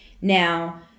Now